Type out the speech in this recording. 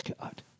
God